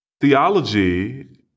Theology